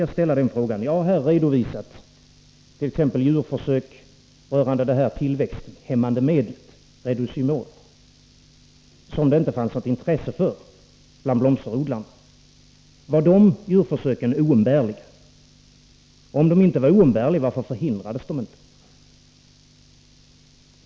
Jag har här redovisat t.ex. djurförsök rörande det tillväxthämmande medlet Reducymol, som det inte fanns något intresse för bland blomsterodlarna. Var de djurförsöken oumbärliga? Om de inte var oumbärliga, varför förhindrades de inte?